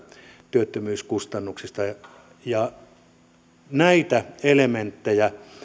työttömyyskustannuksista näitä elementtejä